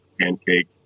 pancake